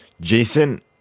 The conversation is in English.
Jason